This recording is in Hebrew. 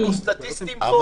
אנחנו סטטיסטים פה.